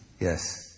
yes